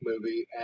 movie